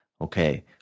okay